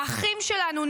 האחים שלנו,